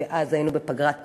כי היינו בפגרת בחירות,